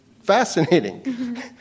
fascinating